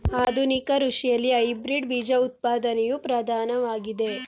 ಆಧುನಿಕ ಕೃಷಿಯಲ್ಲಿ ಹೈಬ್ರಿಡ್ ಬೀಜ ಉತ್ಪಾದನೆಯು ಪ್ರಧಾನವಾಗಿದೆ